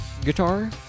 guitar